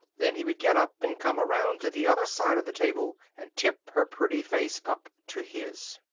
then he would get up, and come around to the other side of the table, and tip her pretty face up to his.